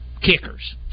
kickers